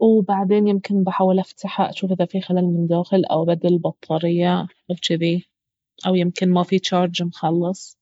وبعدين يمكن بحاول افتحه اجوف اذا في خلل من داخل او ابدل البطارية وجذي او يمكن ما فيه جارج مخلص